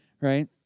right